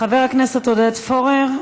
חבר הכנסת עודד פורר,